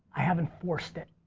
i haven't forced it.